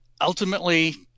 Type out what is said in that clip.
ultimately